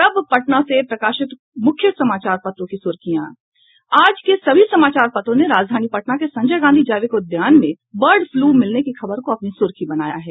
और अब पटना से प्रकाशित प्रमुख समाचार पत्रों की सुर्खियां आज के सभी समाचार पत्रों ने राजधानी पटना के संजय गांधी जैविक उद्यान में बर्ड फ्लू मिलने की खबर को अपनी सुर्खी बनाया है